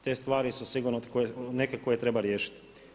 Te stvari su sigurno neke koje treba riješiti.